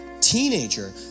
teenager